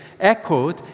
echoed